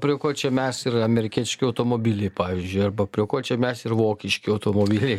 prie ko čia mes ir amerikietiški automobiliai pavyzdžiui arba prie ko čia mes ir vokiški automobiliai